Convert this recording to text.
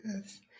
yes